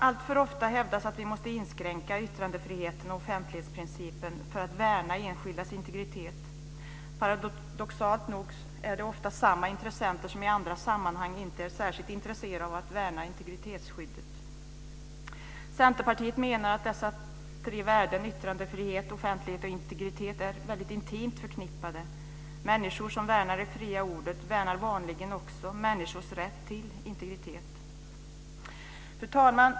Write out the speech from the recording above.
Alltför ofta hävdas att vi måste inskränka yttrandefriheten och offentlighetsprincipen för att värna enskildas integritet. Paradoxalt nog är det ofta samma intressenter som i andra sammanhang inte är särskilt intresserade av att värna integritetsskyddet. Centerpartiet menar att dessa tre värden - yttrandefrihet, offentlighet och integritet - är väldigt intimt förknippade. Människor som värnar det fria ordet värnar vanligen också människors rätt till integritet. Fru talman!